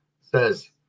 says